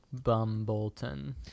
bumbleton